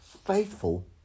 faithful